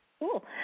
Cool